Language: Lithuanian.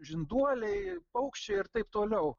žinduoliai paukščiai ir taip toliau